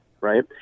right